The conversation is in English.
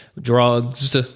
Drugs